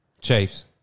Chiefs